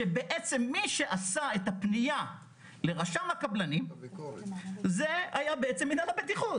שבעצם מי שעשה את הפניה לרשם הקבלנים זה היה מנהל הבטיחות.